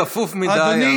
צפוף מדי.